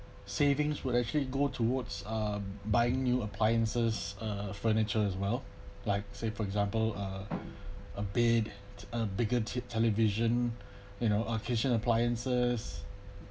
savings would actually go towards um buying new appliances uh furniture as well like say for example uh a bed a bigger t~ television you know our kitchen appliances